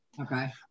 Okay